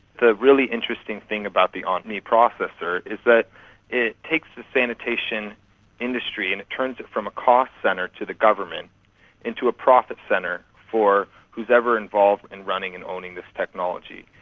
the really interesting thing about the omni processor is that it takes the sanitation industry and it turns it from a cost centre to the government into a profit centre for who's ever involved in running and owning this technology.